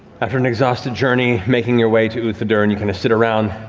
after an exhausted journey, making your way to uthodurn, you sit around,